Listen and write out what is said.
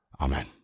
Amen